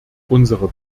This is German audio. unsere